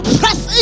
press